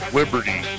liberty